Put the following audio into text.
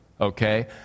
okay